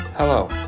Hello